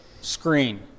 screen